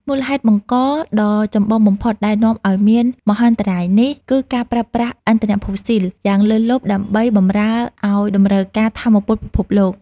មូលហេតុបង្កដ៏ចម្បងបំផុតដែលនាំឱ្យមានមហន្តរាយនេះ គឺការប្រើប្រាស់ឥន្ធនៈផូស៊ីលយ៉ាងលើសលប់ដើម្បីបម្រើឱ្យតម្រូវការថាមពលពិភពលោក។